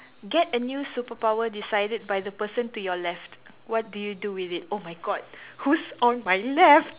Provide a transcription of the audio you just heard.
get a new superpower decided by the person to your left what do you do with it oh my god whose on my left